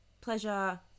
pleasure